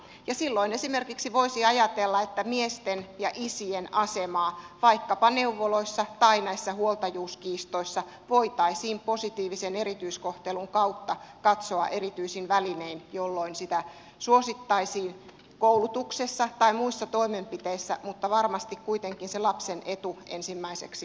ja silloin esimerkiksi voisi ajatella että miesten ja isien asemaa vaikkapa neuvoloissa tai näissä huoltajuuskiistoissa voitaisiin positiivisen erityiskohtelun kautta katsoa erityisin välinein jolloin sitä suosittaisiin koulutuksessa tai muissa toimenpiteissä mutta varmasti kuitenkin se lapsen etu ensimmäiseksi huolehtien